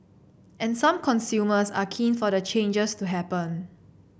and some consumers are keen for the changes to happen